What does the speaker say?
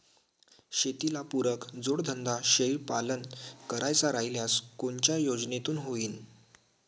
शेतीले पुरक जोडधंदा शेळीपालन करायचा राह्यल्यास कोनच्या योजनेतून होईन?